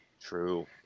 True